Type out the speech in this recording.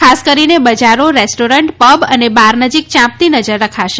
ખાસ કરીને બજારો રેસ્ટોરન્ટ પબ અને બાર નજીક ચાંપતી નજર રખાશે